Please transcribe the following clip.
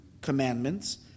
commandments